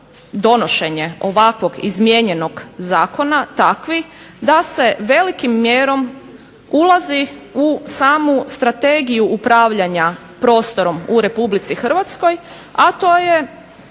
donošenje ovakvog izmijenjenog zakona takvi da se velikom mjerom ulazi u samu strategiju upravljanja prostorom u Republici Hrvatskoj, a to je